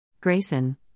Grayson